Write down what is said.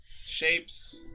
shapes